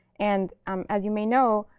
and as you may know,